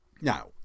Now